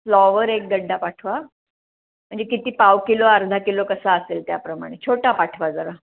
flower एक गड्डा पाठवा म्हणजे किती पाव किलो अर्धा किलो कसा असेल त्याप्रमाणे छोटा पाठवा जरा